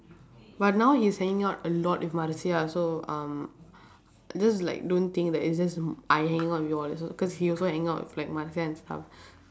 but now he's hanging out a lot with marcia so um just like don't think that it's just I hang out with you all cause he also hang out with marcia and stuff